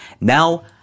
Now